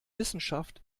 wissenschaft